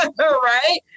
Right